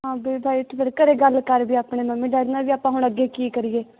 ਹਾਂ ਵੀ ਫਿਰ ਘਰ ਗੱਲ ਕਰ ਵੀ ਆਪਣੇ ਮੰਮੀ ਡੈਡੀ ਨਾਲ ਵੀ ਆਪਾਂ ਹੁਣ ਅੱਗੇ ਕੀ ਕਰੀਏ